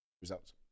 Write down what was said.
results